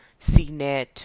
cnet